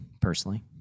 personally